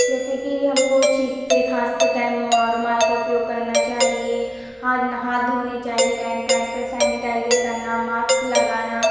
जैसे कि हमको छींकते खासते टाइम रुमाल का उपयोग करना चाहिए हाथ हाथ धोने चाहिए टाइम टाइम पर सैनिटाइजर करना माक्स लगाना